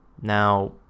Now